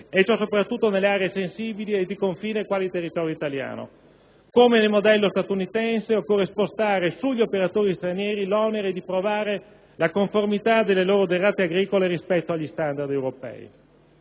prime, soprattutto nelle aree sensibili e di confine, quali il territorio italiano. Come nel modello statunitense, occorre spostare sugli operatori stranieri l'onere di provare la conformità delle loro derrate agricole rispetto agli *standard* europei.